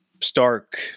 stark